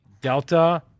Delta